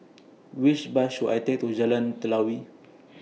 Which Bus should I Take to Jalan Telawi